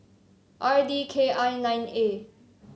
R D K I nine A